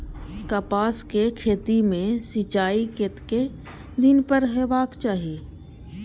कपास के खेती में सिंचाई कतेक दिन पर हेबाक चाही?